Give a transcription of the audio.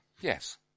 Yes